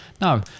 No